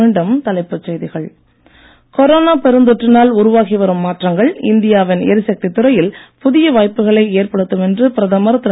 மீண்டும் தலைப்புச் செய்திகள் கொரோனா பெருந்தொற்றினால் உருவாகி வரும் மாற்றங்கள் இந்தியாவின் எரிசக்தித் துறையில் புதிய வாய்ப்புகளை ஏற்படுத்தும் என்று பிரதமர் திரு